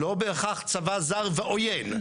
לא בהכרח צבא זר ועוין,